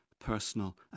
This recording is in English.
personal